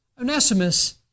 Onesimus